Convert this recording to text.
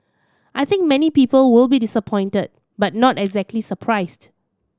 I think many people will be disappointed but not exactly surprised